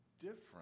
different